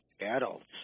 adults